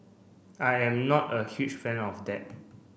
I am not a huge fan of that